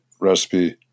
recipe